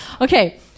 Okay